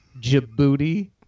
Djibouti